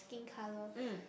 skin colour